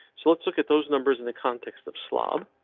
so let's look at those numbers in the context of slob.